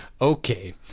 Okay